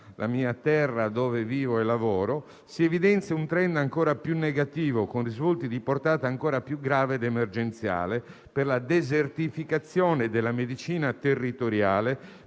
la terra dove vivo e lavoro, si evidenzia un *trend* ancora più negativo, con risvolti di portata ancora più grave ed emergenziale per la desertificazione della medicina territoriale,